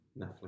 Netflix